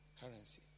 currency